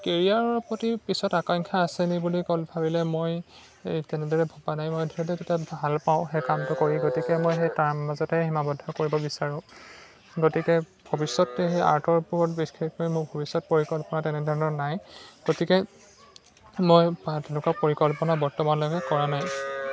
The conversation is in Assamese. কেৰিয়াৰৰ প্ৰতি পিছত আকাংক্ষা আছেনে বুলি ক'ল ভাবিলে মই এই তেনেদৰে ভবা নাই মই ভালপাওঁ সেই কামটো কৰি গতিকে মই সেই তাৰ মাজতে সীমাবদ্ধ কৰিব বিচাৰোঁ গতিকে ভৱিষ্যতে সেই আৰ্টৰ ওপৰত বিশেষকৈ মোৰ ভৱিষ্যত পৰিকল্পনা তেনেধৰণৰ নাই গতিকে মই তেনেকুৱা পৰিকল্পনা বৰ্তমানলৈকে কৰা নাই